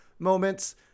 Moments